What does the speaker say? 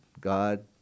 God